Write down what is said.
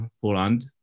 Poland